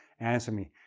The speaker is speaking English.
answer me.